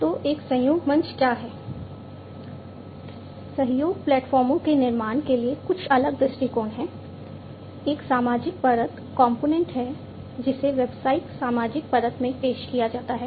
तो एक सहयोग मंच क्या है